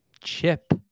chip